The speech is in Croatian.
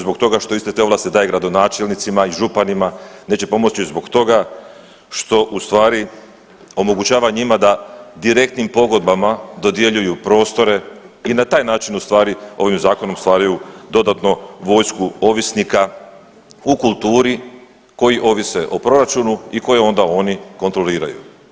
zbog toga što iste te ovlasti daje gradonačelnicima i županima, neće pomoći zbog toga što ustvari omogućava njima da direktnim pogodbama dodjeljuju prostore i na taj način ustvari ovim zakonom stvaraju dodatnu vojsku ovisnika u kulturi koji ovise o proračunu i koji onda oni kontroliraju.